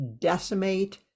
decimate